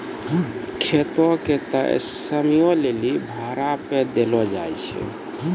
खेतो के तय समयो लेली भाड़ा पे देलो जाय छै